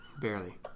Barely